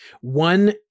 one